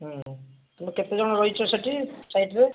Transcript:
ହୁଁ ତୁମେ କେତେଜଣ ରହିଛ ସେଠି ସାଇଟ୍ରେ